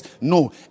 No